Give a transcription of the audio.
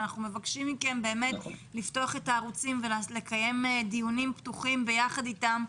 אנחנו מבקשים מכם לפתוח את הערוצים ולקיים דיונים פתוחים יחד איתם,